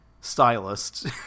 stylist